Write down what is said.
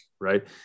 right